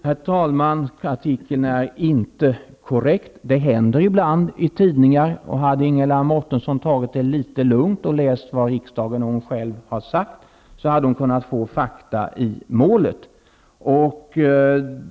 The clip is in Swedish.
Herr talman! Artikeln är inte korrekt. Det händer ibland i tidningar, och om Ingela Mårtensson hade tagit det litet lugnt och först hade läst vad riksdagen och hon själv har beslutat, hade hon kunnat få fakta i målet.